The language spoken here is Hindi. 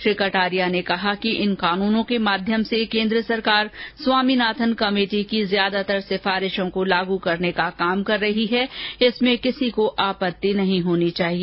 श्री कटारिया ने कहा कि इन कानूनों के माध्यम से कोन्द्र सरकार स्वामीनाथन कमेटी के ज्यादातर सुझावों को लागू करने का कार्य कर रही है इसमें किसी को आपत्ति नहीं होनी चाहिए